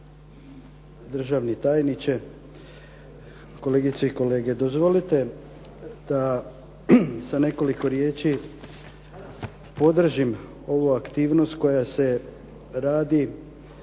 državni tajniče, kolegice i kolege. Dozvolite da sa nekoliko riječi podržim ovu aktivnost koja se radi